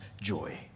joy